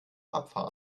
abfahren